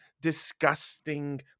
disgusting